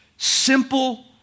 Simple